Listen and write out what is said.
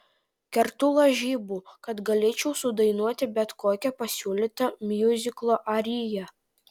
kertu lažybų kad galėčiau sudainuoti bet kokią pasiūlytą miuziklo ariją